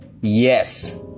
yes